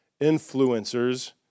influencers